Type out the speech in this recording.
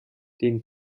den